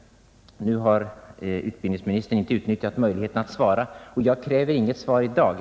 Utbildningsministern har inte utnyttjat möjligheten att svara, och jag kräver inget besked i dag.